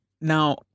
Now